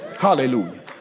Hallelujah